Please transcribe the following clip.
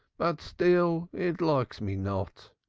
but still it likes me not.